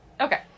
Okay